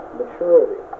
maturity